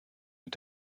mit